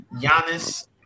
Giannis